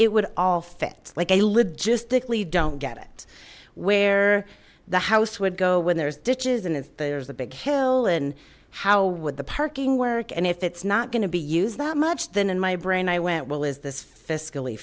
it would all fit like a logistically don't get where the house would go when there's ditches and if there's a big hill in how would the parking work and if it's not going to be used that much then in my brain i went well is this fiscally